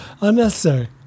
Unnecessary